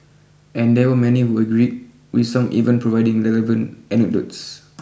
and there were many who agree with some even providing relevant anecdotes